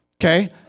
Okay